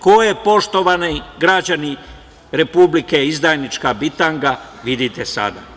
Ko je, poštovani građani Republike, izdajnička bitanga vidite sada.